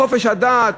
חופש הדת,